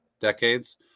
decades